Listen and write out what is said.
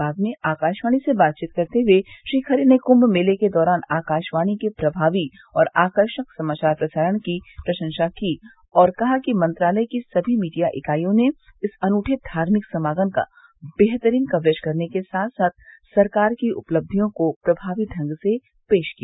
बाद में आकाशवाणी से बातचीत करते हुए श्री खरे ने कुम्म मेले के दौरान आकाशवाणी के प्रभावी और आकर्षक समाचार प्रसारण की प्रशंसा की और कहा कि मंत्रालय की सभी मीडिया इकाइयों ने इस अनूठे धार्मिक समागम का बेहतरीन कवरेज करने के साथ साथ सरकार की उपलब्धियों को प्रभावी ढंग से पेश किया